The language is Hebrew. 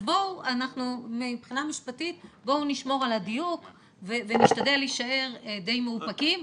אז אנחנו מבחינה משפטית נשמור על הדיוק ונשתדל להישאר די מאופקים,